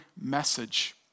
message